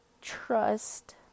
Trust